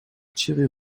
thierry